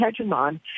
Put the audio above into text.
hegemon